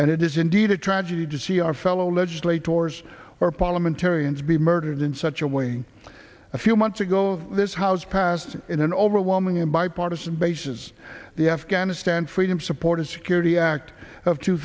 and it is indeed a tragedy to see our fellow legislate tours or parliament terror and to be murdered in such a way a few months ago this house passed in an overwhelming bipartisan basis the afghanistan freedom supported security act of two